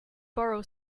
borrow